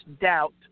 doubt